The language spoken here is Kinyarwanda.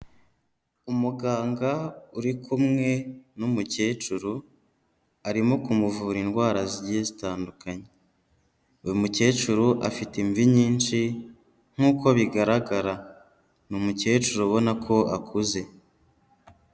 Umuganga uri kumwe n'umukecuru arimo kumuvura indwara zigiye zitandukanye, uyu mukecuru afite imvi nyinshi nk'uko bigaragara, ni umukecuru ubona ko akuze.